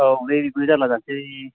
औ बेबो जारला जासै